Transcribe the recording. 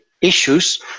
issues